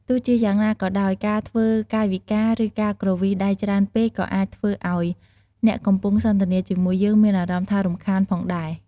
ទោះជាយ៉ាងណាក៏ដោយ ការធ្វើកាយវិការ ឬការគ្រវីដៃច្រើនពេកក៏អាចធ្វើឱ្យ អ្នកកំពុងសន្ទនាជាមួយយើងមានអារម្មណ៍ថារំខានផងដែរ។